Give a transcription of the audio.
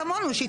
12:41.